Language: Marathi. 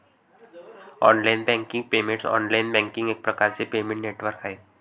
online banking payments online banking एक प्रकारचे पेमेंट नेटवर्क आहे